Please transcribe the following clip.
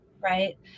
right